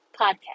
podcast